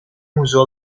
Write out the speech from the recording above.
uso